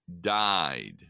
died